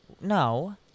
No